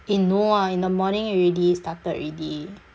eh no ah in the morning already started already